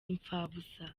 imfabusa